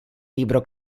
libro